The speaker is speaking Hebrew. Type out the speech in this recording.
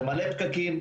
זה מלא פקקים,